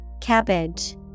cabbage